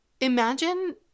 imagine